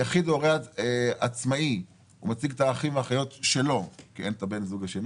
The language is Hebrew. יחיד או הורה עצמאי מציג את האחים והאחיות שלו כי אין בן זוג.